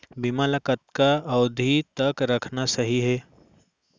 बीमा ल कतना अवधि तक रखना सही हे?